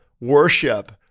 worship